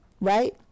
Right